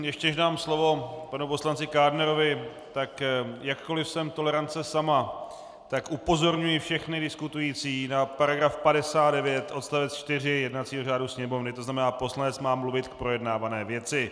Ještě než dám slovo panu poslanci Kádnerovi, jakkoli jsem tolerance sama, tak upozorňuji všechny diskutující na § 59 odst. 4 jednacího řádu Sněmovny, tzn. poslanec má mluvit k projednávané věci.